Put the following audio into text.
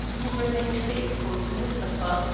who remained faithful to mustapha,